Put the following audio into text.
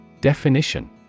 Definition